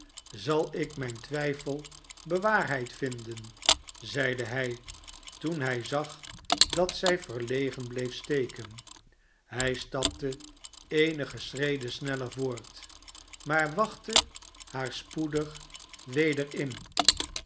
zal ik mijn twijfel bewaarheid vinden zeide hij toen hij zag dat zij verlegen bleef steken hij stapte eenige schreden sneller voort maar wachtte haar spoedig weder in